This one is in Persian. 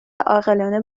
عاقلانه